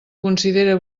considere